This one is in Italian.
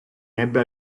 ebbe